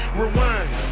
rewind